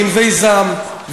ב"ענבי זעם",